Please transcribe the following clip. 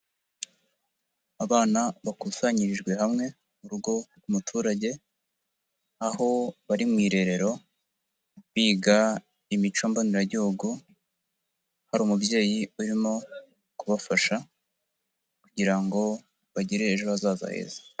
Abana bakusanyirijwe hamwe mu rugo rw'umuturage, aho bari mu irerero biga imico mboneragihugu, hari umubyeyi urimo kubafasha kugira ngo bagire ejo hazaza heza.